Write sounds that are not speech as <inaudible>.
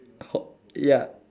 <noise> ya